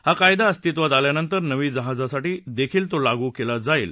हा कायदा अस्तित्वात आल्यानंतर नवीन जहाजांसाठी देखील तो लागू केला जाईल